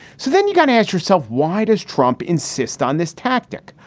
so then you got to ask yourself, why does trump insist on this tactic?